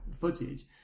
footage